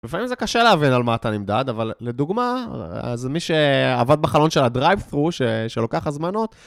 לפעמים זה קשה להבין על מה אתה נמדד, אבל לדוגמא, אז מי שעבד בחלון של הדרייב ט'רו, שלוקח הזמנות,